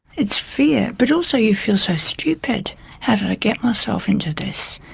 it's fear, but also you feel so stupid how did i get myself into this?